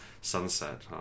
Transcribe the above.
sunset